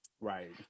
Right